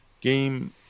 game